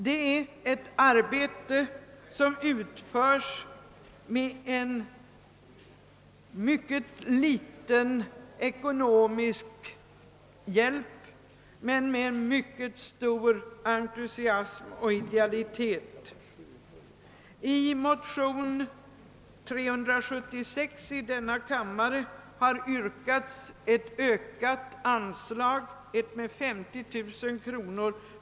Det är ett arbete som utförs med mycket liten ekonomisk hjälp men med mycket stor entusiasm och idealitet. I motionen II: 376 har hemställts om ett med 50 000 kr.